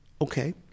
Okay